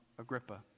Agrippa